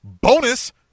bonus